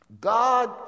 God